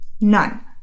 None